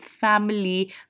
family